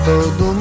Todo